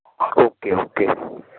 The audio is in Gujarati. okay okay